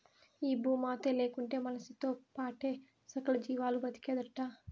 ఈ భూమాతే లేకుంటే మనిసితో పాటే సకల జీవాలు బ్రతికేదెట్టా